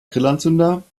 grillanzünder